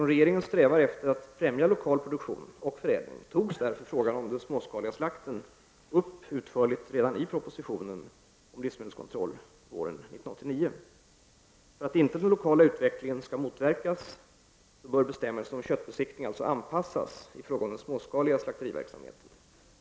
Då regeringen strävar efter att främja lokal produktion och förädling togs därför frågan om den småskaliga slakten upp utförligt redan i propositionen om livsmedelskontroll våren 1989. För att den lokala utvecklingen inte skall motverkas bör bestämmelserna om köttbesiktning alltså anpassas i fråga om den småskaliga slakteriverksamheten.